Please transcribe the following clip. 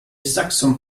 saxon